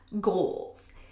goals